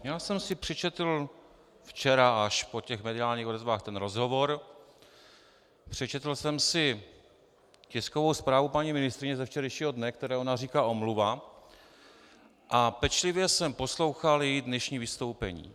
Já jsem si přečetl včera až po těch mediálních odezvách ten rozhovor, přečetl jsem si tiskovou zprávu paní ministryně ze včerejšího dne, které ona říká omluva, a pečlivě jsem poslouchal její dnešní vystoupení.